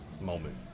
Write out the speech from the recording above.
moment